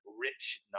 rich